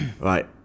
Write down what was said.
right